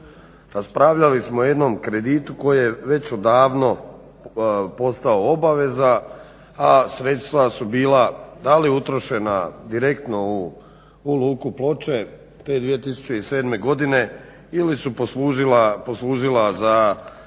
raspravljali smo o jednom kreditu koji je već odavno postao obaveza, a sredstva su bila da li utrošena direktno u luku Ploče te 2007. godine ili su poslužila za neke